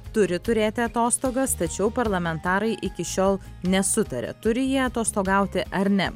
turi turėti atostogas tačiau parlamentarai iki šiol nesutaria turi jie atostogauti ar ne